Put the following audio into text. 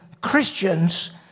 Christians